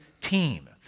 team